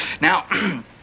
Now